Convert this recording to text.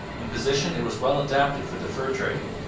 in position it was well adapted for the fur trade,